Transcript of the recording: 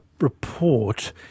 report